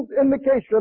indication